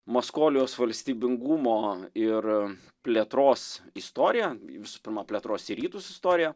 maskolijos valstybingumo ir plėtros istoriją visų pirma plėtros į rytus istoriją